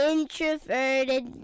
Introverted